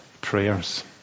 prayers